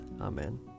Amen